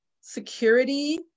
security